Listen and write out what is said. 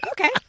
Okay